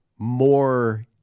more